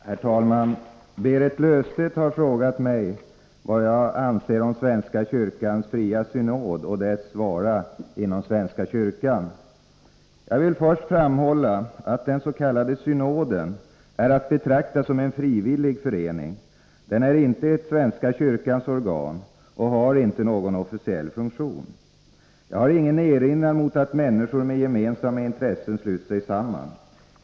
Herr talman! Berit Löfstedt har frågat mig vad jag anser om svenska kyrkans fria synod och dess vara inom svenska kyrkan. Jag vill först framhålla att den s.k. synoden är att betrakta som en frivillig förening. Den är inte ett svenska kyrkans organ och har inte någon officiell funktion. Jag har ingen erinran mot att människor med gemensamma intressen sluter sig samman.